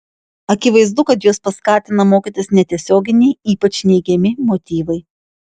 akivaizdu kad juos paskatina mokytis netiesioginiai ypač neigiami motyvai